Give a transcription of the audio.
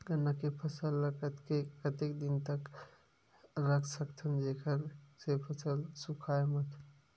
गन्ना के फसल ल कतेक दिन तक रख सकथव जेखर से फसल सूखाय मत?